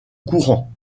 courant